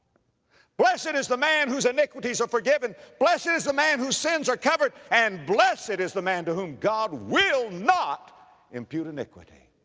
blessed and is the man whose iniquities are forgiven, blessed is the man whose sins are covered, and blessed is the man to whom god will not impute iniquity.